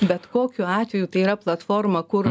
bet kokiu atveju tai yra platforma kur